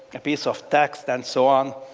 a piece of text, and so on,